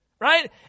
Right